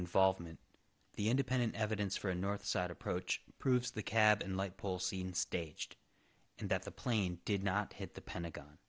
involvement the independent evidence for a north side approach proves the cabin light pole seen staged and that the plane did not hit the pentagon